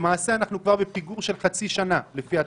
למעשה, אנחנו כבר בפיגור של חצי שנה, לפי התוכנית.